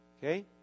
Okay